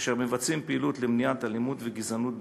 אשר מבצעים פעילות למניעת אלימות וגזענות בספורט,